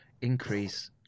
increase